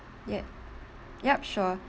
yup yup sure